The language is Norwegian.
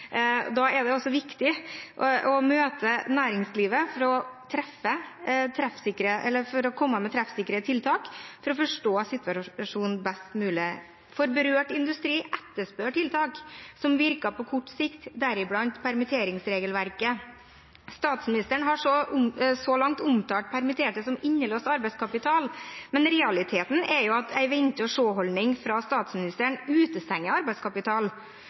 Da er det også viktig å møte næringslivet, for å komme med treffsikre tiltak og forstå situasjonen best mulig, for den berørte industrien etterspør tiltak som virker på kort sikt, deriblant permitteringsregelverket. Statsministeren har så langt omtalt permitterte som innelåst arbeidskapital. Men realiteten er jo at en vente-og-se-holdning fra statsministeren utestenger arbeidskapital